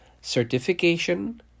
certification